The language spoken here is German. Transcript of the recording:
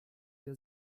der